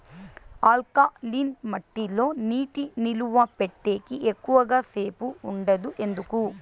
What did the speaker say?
alkaline మట్టి లో నీటి నిలువ పెట్టేకి ఎక్కువగా సేపు ఉండదు ఎందుకు